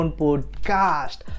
podcast